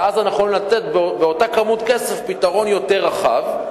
ואז אנחנו יכולים לתת באותה כמות כסף פתרון יותר רחב,